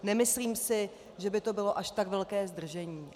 Nemyslím si, že by to bylo až tak velké zdržení.